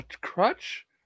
crutch